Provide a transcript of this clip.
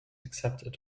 accepted